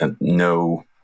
no